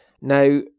Now